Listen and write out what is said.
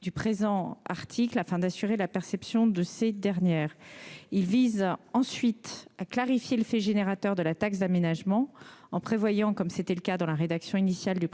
de l'article 3, afin d'assurer la perception de ces taxes. Il s'agit également de clarifier le fait générateur de la taxe d'aménagement en prévoyant, comme c'était le cas dans la rédaction initiale de